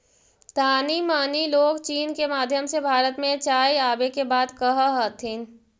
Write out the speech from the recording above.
तानी मनी लोग चीन के माध्यम से भारत में चाय आबे के बात कह हथिन